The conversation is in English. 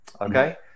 okay